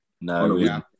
No